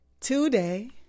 Today